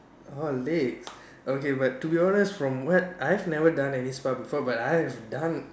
oh late okay but to be honest from what I've never done any spa before but I have done